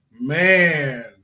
man